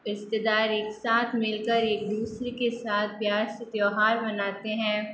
रिश्तेदार एक साथ मिलकर ही एक दूसरे के साथ प्यार से त्यौहार मनाते हैं